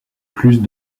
plus